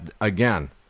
again